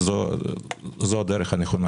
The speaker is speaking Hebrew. זו הדרך הנכונה.